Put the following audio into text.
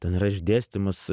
ten yra išdėstymas